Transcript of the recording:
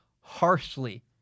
harshly